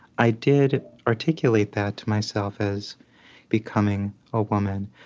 i did articulate that to myself as becoming a woman,